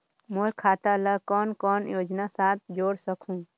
मोर खाता ला कौन कौन योजना साथ जोड़ सकहुं?